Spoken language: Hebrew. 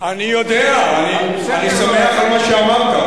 הנכים הם מחוץ, אני יודע, אני שמח על מה שאמרת.